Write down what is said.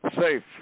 safe